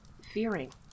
fearing